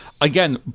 again